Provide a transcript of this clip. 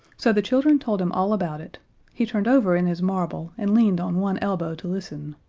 so the children told him all about it he turned over in his marble and leaned on one elbow to listen.